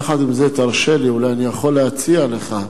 יחד עם זה, תרשה לי, אני יכול להציע לך,